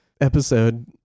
episode